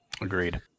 Agreed